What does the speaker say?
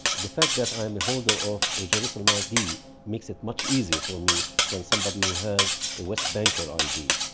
the fact that i am a holder of a jerusalem id makes it much easier for me than somebody who has a west banker id.